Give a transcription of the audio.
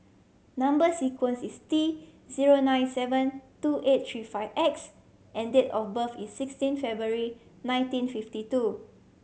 number sequence is T zero nine seven two eight three five X and date of birth is sixteen February nineteen fifty two